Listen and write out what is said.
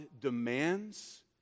demands